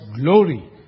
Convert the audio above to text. glory